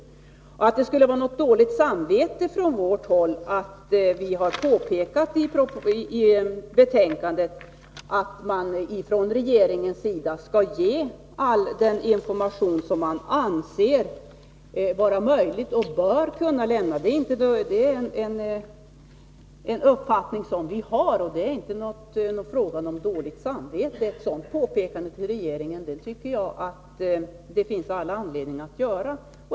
Här påstås vidare att det skulle vara dåligt samvete från vår sida som gör att vi har påpekat i betänkandet att regeringen skall ge all den information som anses möjlig att lämna. Det är en uppfattning som vi har, och det är inte fråga om något dåligt samvete. Ett sådant påpekande till regeringen tycker jag att det finns all anledning att göra.